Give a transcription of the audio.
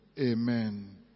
Amen